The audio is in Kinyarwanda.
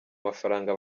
mafaranga